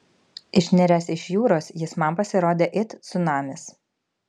išniręs iš jūros jis man pasirodė it cunamis